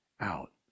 out